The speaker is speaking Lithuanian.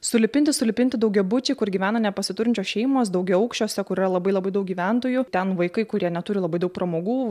sulipinti sulipinti daugiabučiai kur gyvena nepasiturinčios šeimos daugiaaukščiuose kur yra labai labai daug gyventojų ten vaikai kurie neturi labai daug pramogų